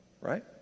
right